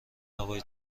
هوای